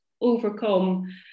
overcome